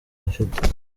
bafite